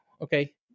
Okay